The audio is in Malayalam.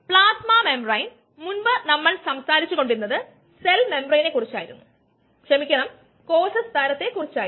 ഞാൻ അത് പറയുന്നതിനുമുമ്പ് ഇതും പറയണം ഇവിടെ സാന്ദ്രത മാറില്ല അതിനാൽ ഈ നിരക്ക് പൂജ്യമാണ്